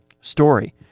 story